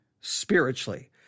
spiritually